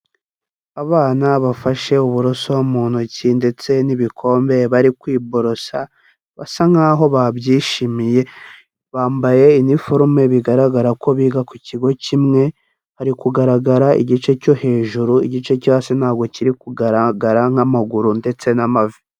Abana bafashe uburoso mu ntoki ndetse n'ibikombe bari kwiborosa, basa nkaho babyishimiye, bambaye iniforume bigaragara ko biga ku kigo kimwe, hari kugaragara igice cyo hejuru igice cyo hasi ntabwo kiri kugaragara nk'amaguru ndetse n'amavi.